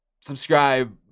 subscribe